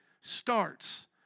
starts